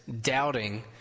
doubting